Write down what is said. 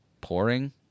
Pouring